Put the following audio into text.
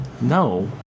No